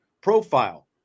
profile